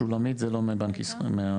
אני חושב שסגנית המפקח מבקשת אם יתאפשר לה.